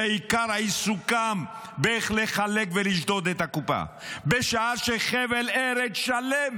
שעיקר עיסוקם הוא איך לחלק ולשדוד את הקופה בשעה שחבל ארץ שלם